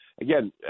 Again